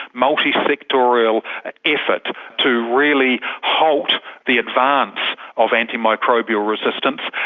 multisectorial effort to really halt the advance of antimicrobial resistance,